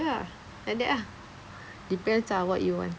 ya like that ah depends ah what you want